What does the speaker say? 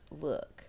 look